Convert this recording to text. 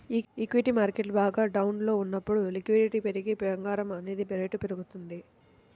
equity market బాగా డౌన్లో ఉన్నప్పుడు లిక్విడిటీ పెరిగి బంగారం అనేది రేటు పెరుగుతుంది